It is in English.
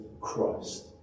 Christ